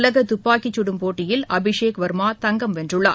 உலகதுப்பாக்கிச்சுடும் போட்டியில் அபிஷேக் வர்மா தங்கம் வென்றுள்ளார்